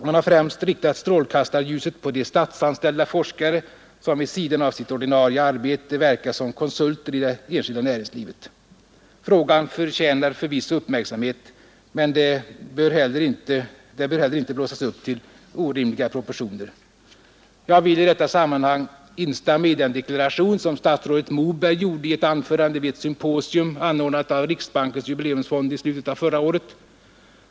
Man har främst riktat strålkastarljuset på de statsanställda forskare, som vid sidan av sitt ordinarie arbete verkar som konsulter i det enskilda näringslivet. Frågan förtjänar förvisso uppmärksamhet, men den bör därför inte blåsas upp till orimliga proportioner. Jag vill i detta sammanhang instämma i den deklaration som statsrådet Moberg gjorde i ett anförande vid ett symposium anordnat av Riksbankens jubileumsfond i slutet av förra året.